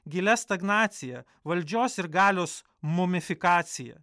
gilia stagnacija valdžios ir galios mumifikacija